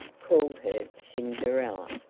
called her cinderella.